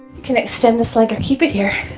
can extend this leg or keep it here.